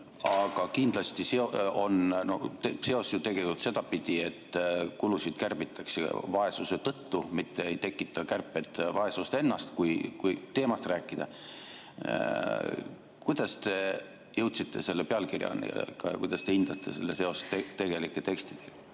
Aga kindlasti on seos ju tegelikult sedapidi, et kulusid kärbitakse vaesuse tõttu, mitte kärped ei tekita vaesust ennast, kui teemast rääkida. Kuidas te jõudsite selle pealkirjani? Kuidas te hindate selle seost tegelike tekstidega?